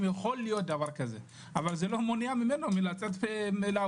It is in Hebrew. אבל זה לא מונע ממנו לנסוע.